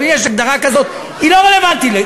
אבל אם יש הגדרה כזאת היא לא רלוונטית.